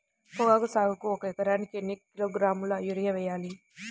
పొగాకు సాగుకు ఒక ఎకరానికి ఎన్ని కిలోగ్రాముల యూరియా వేయాలి?